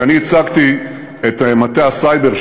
כשאני הצגתי את מטה הסייבר,